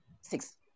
six